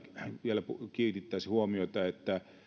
vielä kiinnittäisi huomiota että